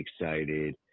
excited